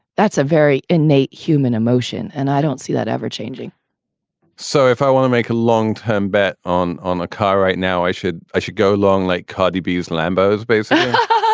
that's a very innate human emotion. and i don't see that ever changing so if i want to make a long term bet on on a car right now, i should i should go long. like cardi b's lambo is based but